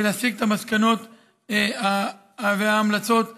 ולהסיק את המסקנות וההמלצות הנדרשות.